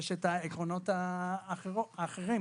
יש עקרונות אחרים,